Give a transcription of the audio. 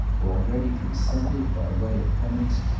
already consented, by way of penance,